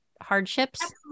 hardships